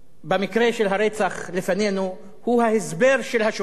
במקרה של הרצח שלפנינו הוא ההסבר של השופט,